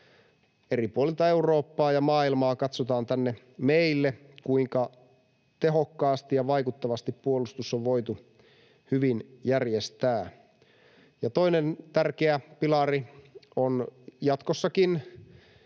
eri puolilta Eurooppaa ja maailmaa katsotaan tänne meille, kuinka tehokkaasti ja vaikuttavasti puolustus on voitu hyvin järjestää. Ja toinen tärkeä pilari on jatkossakin